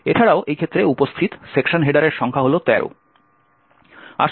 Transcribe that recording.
এছাড়াও এই ক্ষেত্রে উপস্থিত সেকশন হেডারের সংখ্যা হল 13